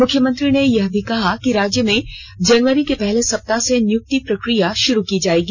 मुख्यमंत्री ने यह भी कहा कि राज्य में जनवरी के पहले सप्ताह से नियुक्ति प्रक्रिया शुरू की जाएगी